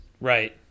right